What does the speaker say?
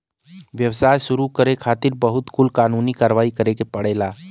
व्यवसाय शुरू करे खातिर बहुत कुल कानूनी कारवाही करे के पड़ेला